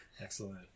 Excellent